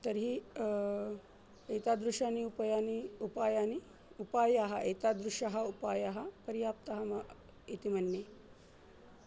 तर्हि एतादृशानि उपयानि उपायानि उपायाः एतादृशः उपायः पर्याप्तः इति मन्ये